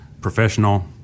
professional